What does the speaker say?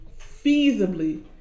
feasibly